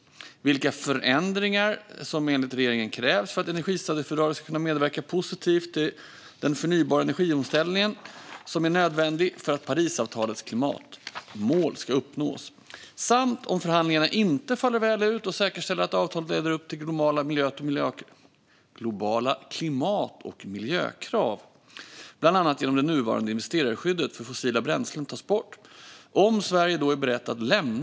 Han har också frågat vilka förändringar som enligt regeringen krävs för att energistadgefördraget ska kunna medverka positivt till den förnybara energiomställning som är nödvändig för att Parisavtalets klimatmål ska uppnås samt om Sverige är berett att lämna energistadgefördraget om förhandlingarna inte faller väl ut och säkerställer att avtalet lever upp till globala klimat och miljökrav, bland annat genom att det nuvarande investerarskyddet för fossila bränslen tas bort.